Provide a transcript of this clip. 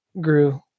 grew